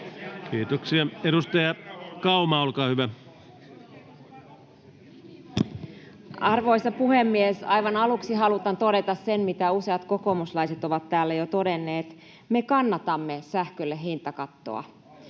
vas) Time: 16:50 Content: Arvoisa puhemies! Aivan aluksi haluan todeta sen, mitä useat kokoomuslaiset ovat täällä jo todenneet: me kannatamme sähkölle hintakattoa.